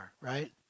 right